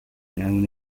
una